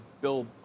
Bill